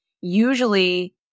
Usually